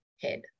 head